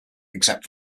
except